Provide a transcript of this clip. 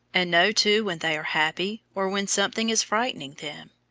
and know too when they are happy, or when something is frightening them.